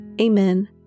Amen